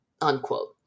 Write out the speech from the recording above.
unquote